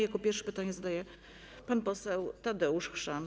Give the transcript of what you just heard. Jako pierwszy pytanie zadaje pan poseł Tadeusz Chrzan.